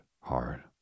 hard